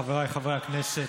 חבריי חברי הכנסת,